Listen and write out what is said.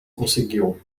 conseguiu